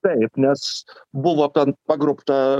taip nes buvo ten pagrobta